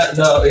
no